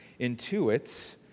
intuits